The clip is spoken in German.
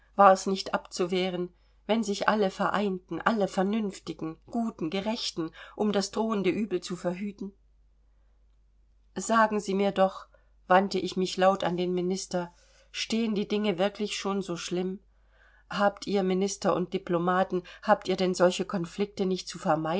war's nicht abzuwehren wenn sich alle vereinten alle vernünftigen guten gerechten um das drohende übel zu verhüten sagen sie mir doch wandte ich mich laut an den minister stehen die dinge wirklich schon so schlimm habt ihr minister und diplomaten habt ihr denn solche konflikte nicht